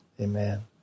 Amen